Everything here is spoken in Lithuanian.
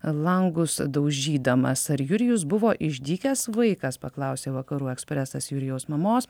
langus daužydamas ar jurijus buvo išdykęs vaikas paklausė vakarų ekspresas jurijaus mamos